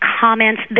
comments